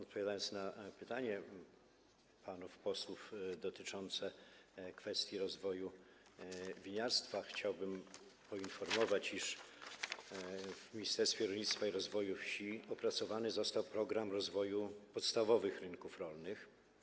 Odpowiadając na pytanie panów posłów dotyczące kwestii rozwoju winiarstwa, chciałbym poinformować, iż w Ministerstwie Rolnictwa i Rozwoju Wsi opracowany został program rozwoju podstawowych rynków rolnych.